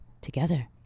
Together